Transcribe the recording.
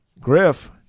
Griff